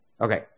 Okay